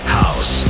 house